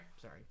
sorry